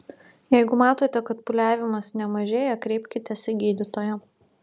jeigu matote kad pūliavimas nemažėja kreipkitės į gydytoją